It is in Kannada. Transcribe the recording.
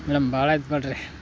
ಮೇಡಮ್ ಭಾಳ ಆಯ್ತು ನೋಡ್ರಿ